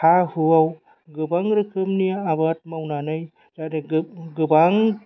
हा हुआव गोबां रोखोमनि आबाद मावनानै आरो गोबां